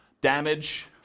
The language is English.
Damage